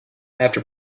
after